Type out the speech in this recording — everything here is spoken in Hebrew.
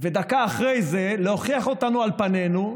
ודקה אחרי זה להוכיח אותנו על פנינו,